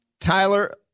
Tyler